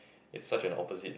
it's such an opposite